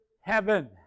heaven